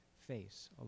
face